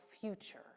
future